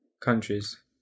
countries